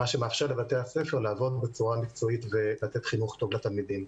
מה שמאפשר לבתי הספר לעבוד בצורה מקצועית ולתת חינוך טוב לתלמידים.